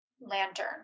lantern